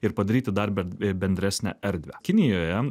ir padaryti dar ben bendresnę erdvę kinijoje